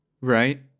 Right